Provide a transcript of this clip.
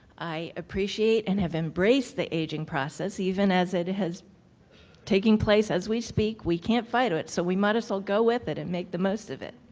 i appreciate and have embraced the aging process, even as it has taken place as we speak. we can't fight it, so we might as well go with it and make the most of it.